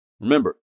remember